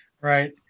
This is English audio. Right